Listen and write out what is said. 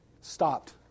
stopped